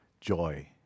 joy